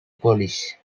polish